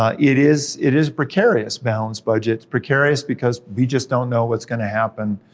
ah it is it is precarious balanced budget, precarious because we just don't know what's gonna happen.